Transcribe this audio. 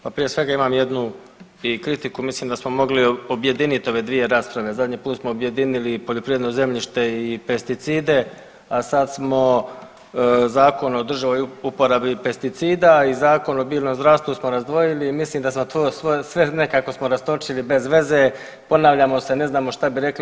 Pa prije svega imam jednu i kritiku, mislim da smo mogli objediniti ove dvije rasprave. zadnji put smo objedinili poljoprivredno zemljište i pesticide, a sad smo Zakon o održivoj uporabi pesticida i Zakon o biljnom zdravstvu smo razdvojili i mislim da smo to sve nekako smo rastočili bez veze, ponavljamo se ne znamo šta bi rekli.